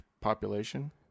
population